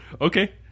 Okay